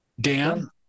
Dan